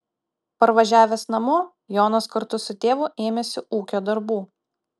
parvažiavęs namo jonas kartu su tėvu ėmėsi ūkio darbų